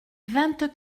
vingt